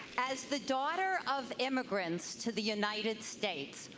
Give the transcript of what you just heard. as the daughter of immigrants to the united states,